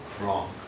wrong